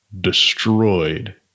destroyed